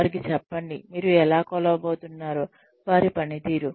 వారికి చెప్పండి మీరు ఎలా కొలవబోతున్నారు వారి పనితీరు